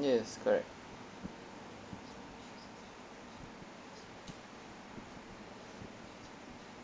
yes correct